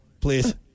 please